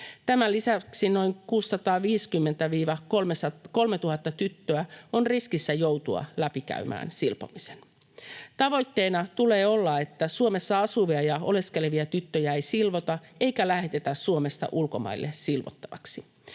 Tämän lisäksi noin 650—3 000 tyttöä on riskissä joutua läpikäymään silpomisen. Tavoitteena tulee olla, että Suomessa asuvia ja oleskelevia tyttöjä ei silvota eikä lähetetä Suomesta ulkomaille silvottavaksi.